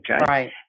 Right